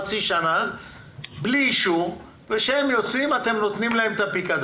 יעביר מעסיק בענף התעשייה ומעסיק בענף מוסדות סיעוד את כספי הפיקדון